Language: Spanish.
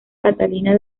catalina